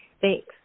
Thanks